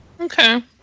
okay